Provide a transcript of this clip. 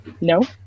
No